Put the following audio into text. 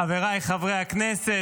חבריי חברי הכנסת,